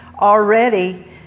already